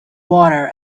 water